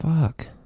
Fuck